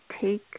take